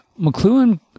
McLuhan